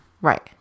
right